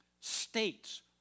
states